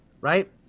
right